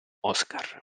oscar